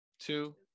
two